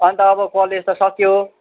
अनि त अब कलेज त सकियो